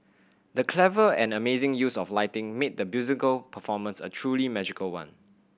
the clever and amazing use of lighting made the musical performance a truly magical one